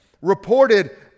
reported